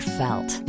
felt